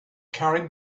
carried